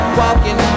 walking